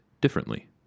differently